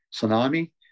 tsunami